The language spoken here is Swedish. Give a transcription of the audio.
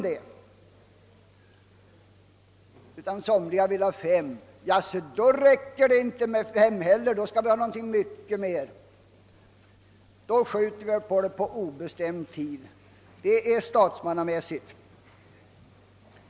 Detta är statsmannamässigt!